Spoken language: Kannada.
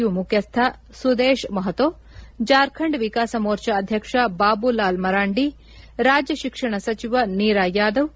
ಯು ಮುಖ್ಯಸ್ಹ ಸುದೇಶ್ ಮಹತೋ ಜಾರ್ಖಂಡ್ ವಿಕಾಸ ಮೋರ್ಚಾ ಅಧ್ಯಕ್ಷ ಬಾಬು ಲಾಲ್ ಮರಾಂಡಿ ರಾಜ್ಯ ಶಿಕ್ಷಣ ಸಚಿವ ನೀರಾ ಯಾದವ್